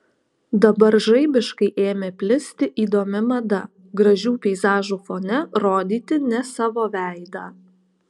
dabar žaibiškai ėmė plisti įdomi mada gražių peizažų fone rodyti ne savo veidą